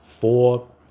four